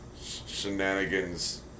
Shenanigans